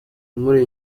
umuri